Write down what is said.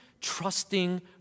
trusting